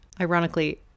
Ironically